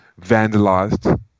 vandalized